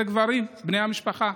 זה גברים בני המשפחה,